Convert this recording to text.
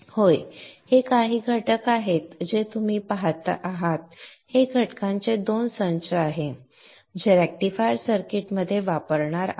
होय हे काही घटक आहेत जे आपण पाहत आहात हे घटकांचे 2 संच आहेत जे रेक्टिफायर सर्किट्समध्ये वापरणार आहेत